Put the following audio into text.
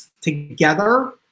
together